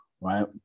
right